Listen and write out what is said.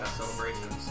celebrations